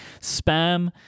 spam